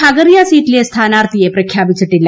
പ്രഗറിയ സീറ്റിലെ സ്ഥാനാർത്ഥിയെ പ്രഖ്യാപിച്ചിട്ടില്ല